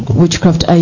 witchcraft